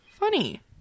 Funny